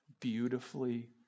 beautifully